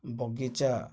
ବଗିଚା